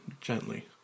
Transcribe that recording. Gently